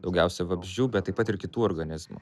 daugiausiai vabzdžių bet taip pat ir kitų organizmų